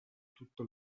tutto